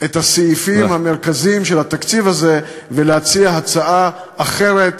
את הסעיפים המרכזיים של התקציב הזה ולהציע הצעה אחרת,